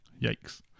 Yikes